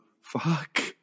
Fuck